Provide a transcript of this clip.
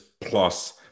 plus